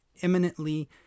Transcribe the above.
imminently